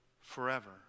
forever